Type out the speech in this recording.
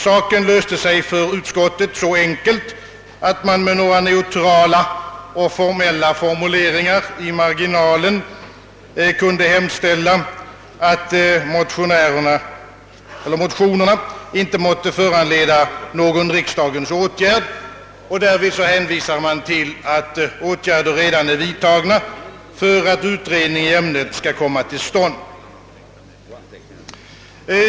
Saken löste sig för utskottet så enkelt, att man med några neutrala och formella vändningar i marginalen kunde hemställa, att motionerna inte måtte föranleda någon riksdagens åtgärd, och därvid hänvisar man till att åtgärder redan är vidtagna för att utredning i ämnet skall komma till stånd.